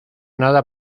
nada